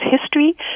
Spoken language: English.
history